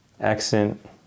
Accent